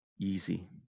easy